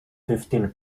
fifteen